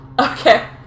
Okay